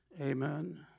Amen